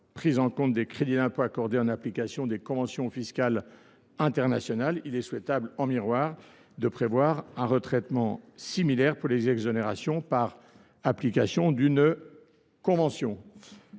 prise en compte des crédits d’impôt accordés en application des conventions fiscales internationales, il est souhaitable, en miroir, de prévoir un retraitement similaire pour les exonérations par application d’une convention.